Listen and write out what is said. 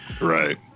Right